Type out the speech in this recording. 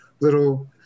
little